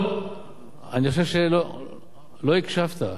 אני חושב שלא הקשבת.